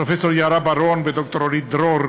פרופ' יערה בר-און וד"ר אורית דרור,